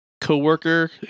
Co-worker